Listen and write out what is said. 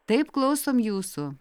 taip klausom jūsų